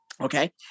Okay